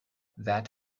that